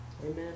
Amen